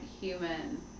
human